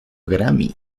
grammy